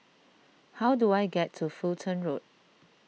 how do I get to Fulton Road